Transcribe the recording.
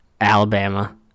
Alabama